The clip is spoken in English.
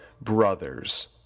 brothers